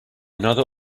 another